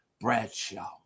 Bradshaw